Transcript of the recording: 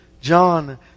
John